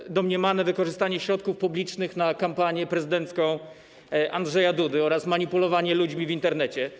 Wstyd! ...domniemane wykorzystanie środków publicznych na kampanię prezydencką Andrzeja Dudy oraz manipulowanie ludźmi w Internecie.